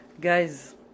guys